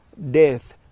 death